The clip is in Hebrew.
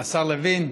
השר לוין,